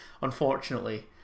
unfortunately